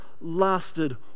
lasted